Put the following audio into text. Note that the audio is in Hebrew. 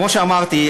כמו שאמרתי,